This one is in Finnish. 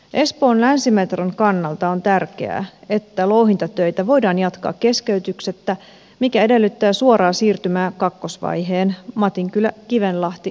espoon länsimetron kannalta on tärkeää että louhintatöitä voidaan jatkaa keskeytyksettä mikä edellyttää suoraa siirtymää kakkosvaiheen matinkyläkivenlahti rakentamiseen